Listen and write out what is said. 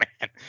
man